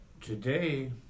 today